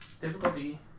Difficulty